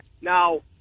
Now